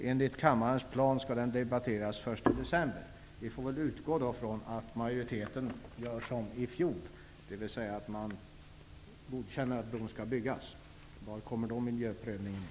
Enligt kammarens plan skall ärendet debatteras den 1 december. Vi får väl utgå från att majoriteten gör som i fjol och godkänner att bron skall byggas. Var kommer miljöprövningen in?